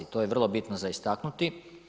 To je vrlo bitno za istaknuti.